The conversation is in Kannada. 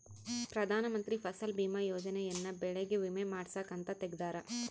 ಪ್ರಧಾನ ಮಂತ್ರಿ ಫಸಲ್ ಬಿಮಾ ಯೋಜನೆ ಯನ್ನ ಬೆಳೆಗೆ ವಿಮೆ ಮಾಡ್ಸಾಕ್ ಅಂತ ತೆಗ್ದಾರ